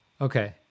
Okay